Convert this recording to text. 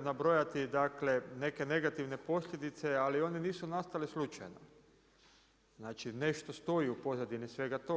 nabrojati dakle, neke negativne posljedice, ali ono nisu nastale slučajno, znači nešto stoji u pozadini svega toga.